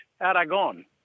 Aragon